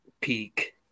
peak